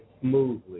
smoothly